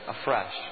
afresh